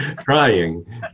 Trying